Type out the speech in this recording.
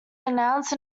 denounced